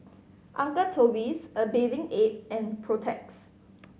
Uncle Toby's A Bathing Ape and Protex